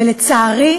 ולצערי,